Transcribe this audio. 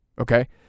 Okay